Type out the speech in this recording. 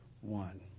one